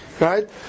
Right